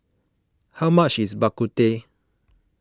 how much is Bak Kut Teh